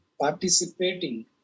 participating